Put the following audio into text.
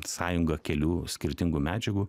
sąjunga kelių skirtingų medžiagų